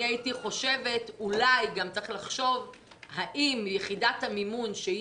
הייתי חושבת האם יחידת המימון,